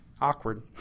Awkward